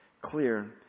clear